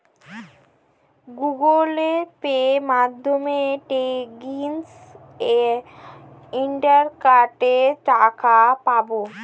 Google পের মাধ্যমে trading একাউন্টে টাকা পাঠাবো?